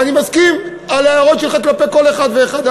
ואני מסכים להערות שלך כלפי כל אחת ואחת.